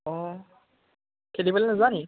অঁ খেলিবলৈ নোযোৱানি